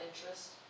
interest